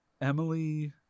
Emily